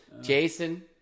Jason